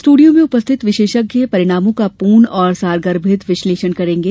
studio में उपस्थित विशेषज्ञ परिणामों का पूर्ण और सारगर्भित विश्लेषण करेंगे